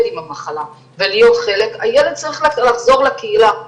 עם המחלה ולהיות חלק הילד צריך לחזור לקהילה.